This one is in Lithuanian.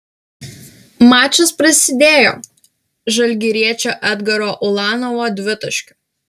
mačas prasidėjo žalgiriečio edgaro ulanovo dvitaškiu